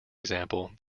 example